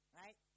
Right